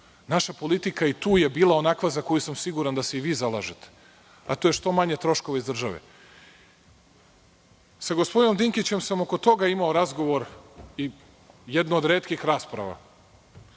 Naša politika i tu je bila onakva za koju sam siguran da se i vi zalažete, a to je što manje troškova iz države. Sa gospodinom Dinkićem sam oko toga imao razgovor i jednu od retkih rasprava.